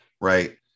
right